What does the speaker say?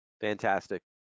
Fantastic